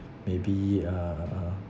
maybe uh